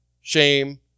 shame